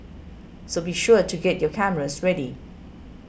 so be sure to get your cameras ready